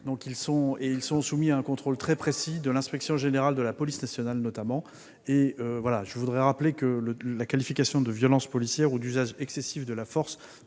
et sont soumis à un contrôle très précis de l'Inspection générale de la police nationale, notamment. Je voudrais également rappeler que la qualification de violence policière ou d'usage excessif de la force